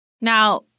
Now